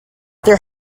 their